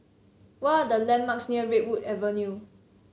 what are the Landmarks near Redwood Avenue